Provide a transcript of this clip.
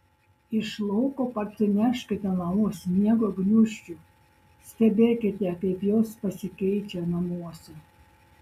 iš lauko parsineškite namo sniego gniūžčių stebėkite kaip jos pasikeičia namuose